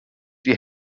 die